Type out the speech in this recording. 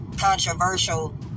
controversial